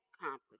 accomplished